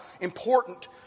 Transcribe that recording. important